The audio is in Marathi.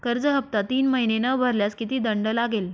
कर्ज हफ्ता तीन महिने न भरल्यास किती दंड लागेल?